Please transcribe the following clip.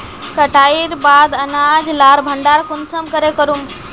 कटाईर बाद अनाज लार भण्डार कुंसम करे करूम?